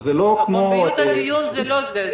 פומביות הדיון זה לא זה.